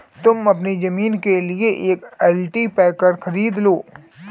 तुम अपनी जमीन के लिए एक कल्टीपैकर खरीद लो